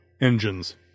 Engines